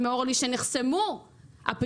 מוסרית ברגע שהיא עוזרת לאנשים שצריכים יותר את